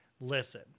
Listen